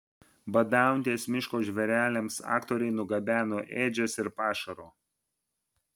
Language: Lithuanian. badaujantiems miško žvėreliams aktoriai nugabeno ėdžias ir pašaro